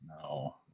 No